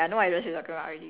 A line